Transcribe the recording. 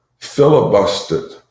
filibustered